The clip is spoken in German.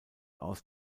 aus